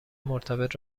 مرتبط